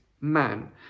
man